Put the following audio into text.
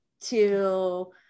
to-